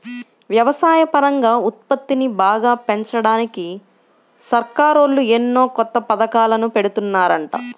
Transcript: వ్యవసాయపరంగా ఉత్పత్తిని బాగా పెంచడానికి సర్కారోళ్ళు ఎన్నో కొత్త పథకాలను పెడుతున్నారంట